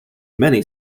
many